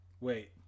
Wait